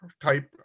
type